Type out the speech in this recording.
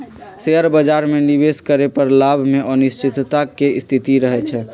share बाजार में निवेश करे पर लाभ में अनिश्चितता के स्थिति रहइ छइ